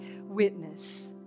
witness